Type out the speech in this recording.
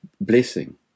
blessing